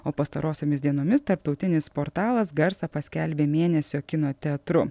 o pastarosiomis dienomis tarptautinis portalas garsą paskelbė mėnesio kino teatru